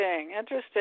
interesting